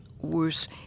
worse